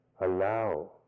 allow